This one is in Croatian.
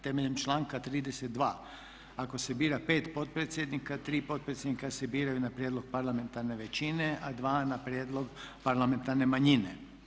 Temeljem članka 32. ako se bira 5 potpredsjednika, 3 potpredsjednika se biraju na prijedlog parlamentarne većine a 2 na prijedlog parlamentarne manjine.